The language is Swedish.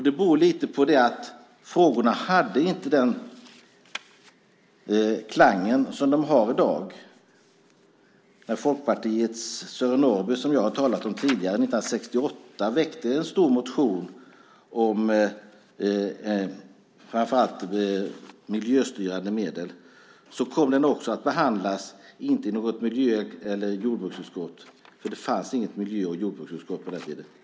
Det beror lite på att frågorna inte hade den klang som de har i dag. När Folkpartiets Sören Norrby, som jag har talat om tidigare, 1968 väckte en stor motion om framför allt miljöstyrande medel kom den inte heller att behandlas i något miljö eller jordbruksutskott, för det fanns inget sådant på den tiden.